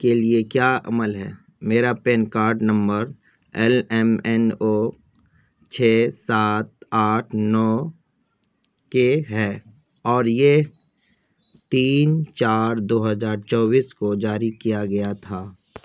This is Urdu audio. کے لیے کیا عمل ہے میرا پین کاڈ نمبر ایل ایم این او چھ سات آٹھ نو کے ہے اور یہ تین چار دو ہزار چوبیس کو جاری کیا گیا تھا